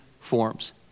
forms